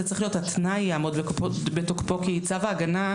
צריך להיות "התנאי יעמוד בתוקפו עד עשרה ימים".